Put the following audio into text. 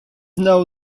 now